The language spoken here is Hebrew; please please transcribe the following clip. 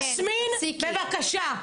יסמין, בבקשה.